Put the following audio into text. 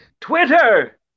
Twitter